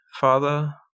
father